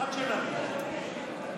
עד שנבין.